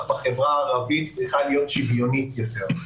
בחברה הערבית צריכים להיות שוויוניים יותר.